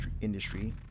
industry